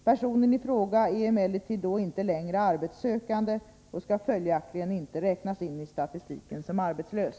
Personen i fråga är emellertid då inte längre arbetssökande och skall följaktligen inte räknas in i statistiken som arbetslös.